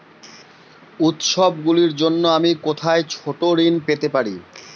উত্সবগুলির জন্য আমি কোথায় ছোট ঋণ পেতে পারি?